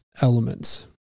elements